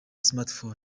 smartphones